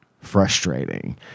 frustrating